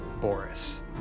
Boris